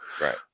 Right